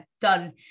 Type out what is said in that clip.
done